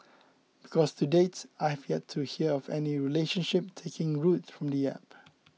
because to date I have yet to hear of any relationship taking root from the App